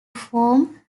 from